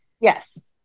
yes